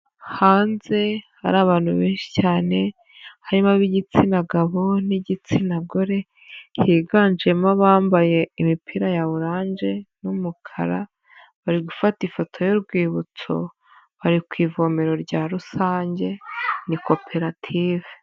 Hanze hari abantu benshi cyane, harimo ab'igitsina gabo n'igitsina gore, higanjemo abambaye imipira ya orange n'umukara, bari gufata ifoto y'urwibutso, bari ku ivomero rya rusange, ni koperative.